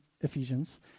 Ephesians